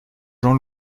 jean